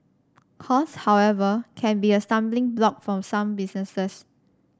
cost however can be a stumbling block for some businesses